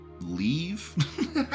leave